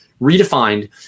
Redefined